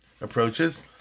approaches